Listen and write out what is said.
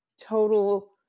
total